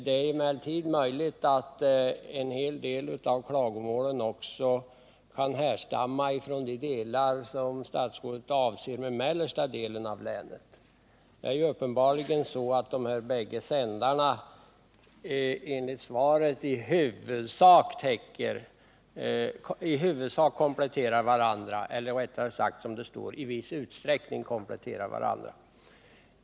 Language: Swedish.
Det är emellertid möjligt att en del av klagomålen stammar från de områden som statsrådet avser med mellersta delen av länet. Enligt svaret är det ju så att de bägge sändarna ”i viss utsträckning” kompletterar varandra.